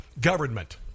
government